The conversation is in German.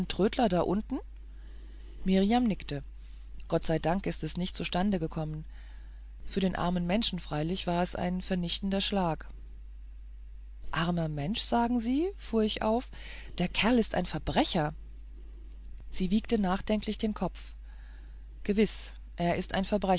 trödler da unten mirjam nickte gott sei dank ist es nicht zustande gekommen für den armen menschen freilich war es ein vernichtender schlag armer mensch sagen sie fuhr ich auf der kerl ist ein verbrecher sie wiegte nachdenklich den kopf gewiß er ist ein